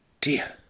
dear